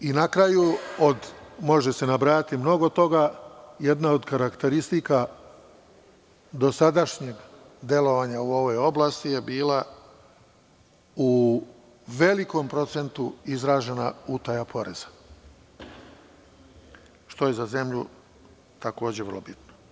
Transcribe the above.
Na kraju, može se nabrajati mnogo toga, ali jedna od karakteristika dosadašnjeg delovanja u ovoj oblasti je bila u velikom broju izražena utaja poreza, što je za zemlju takođe vrlo bitno.